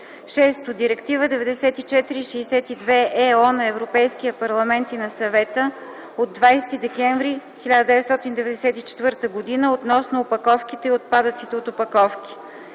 6. Директива 94/62/ ЕО на Европейския парламент и на Съвета от 20 декември 1994 г. относно опаковките и отпадъците от опаковки.